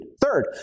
Third